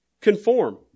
conform